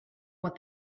what